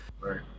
Right